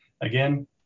again